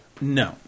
No